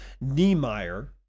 Niemeyer